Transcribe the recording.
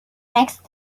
next